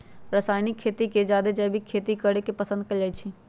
रासायनिक खेती से जादे जैविक खेती करे के पसंद कएल जाई छई